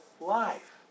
life